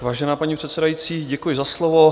Vážená paní předsedající, děkuji za slovo.